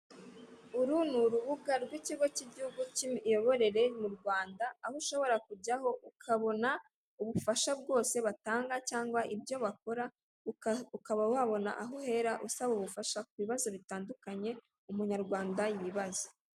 Uru ni urubuga rw'ikigo k'igihugu k'imiyoborere mu Rwanda aho ushobora kujyaho ukabona ubufasha bwose batanga cyangwa ibyo bakora ukaba wabona aho uhera usaba ubufasha ku bibazo bitandukanye umunyarwanda ashobora kubaza.